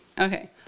okay